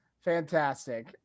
Fantastic